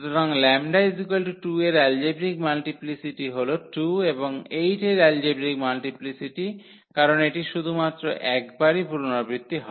সুতরাং 𝜆 2 এর algebraic multiplicity হল 2 এবং 8 এর এলজেব্রিক মাল্টিপ্লিসিটি কারণ এটি শুধুমাত্র একবারই পুনরাবৃত্তি হয়